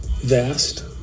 vast